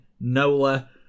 Nola